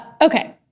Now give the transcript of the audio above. Okay